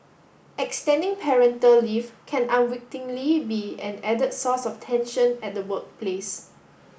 extending parental leave can unwittingly be an added source of tension at the workplace